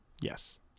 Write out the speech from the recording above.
Yes